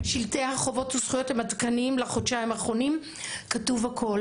שלטי החובות וזכויות עדכניים לחודשיים האחרונים וכתוב שם הכול.